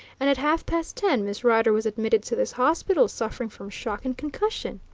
and at half-past ten miss rider was admitted to this hospital suffering from shock and concussion.